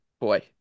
boy